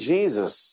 Jesus